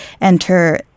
enter